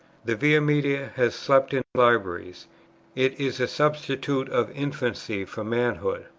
the via media has slept in libraries it is a substitute of infancy for manhood.